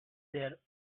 their